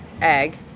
egg